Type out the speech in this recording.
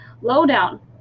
lowdown